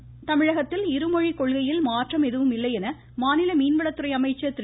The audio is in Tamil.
ஜெயக்குமார் தமிழகத்தில் இருமொழி கொள்கையில் மாற்றம் எதுவும் இல்லை என மாநில மீன்வளத்துறை அமைச்சர் திரு